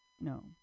No